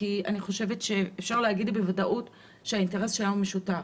כי אני חושבת שאפשר להגיד בוודאות שהאינטרס שלנו משותף,